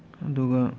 ꯑꯗꯨꯒ